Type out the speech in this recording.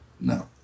No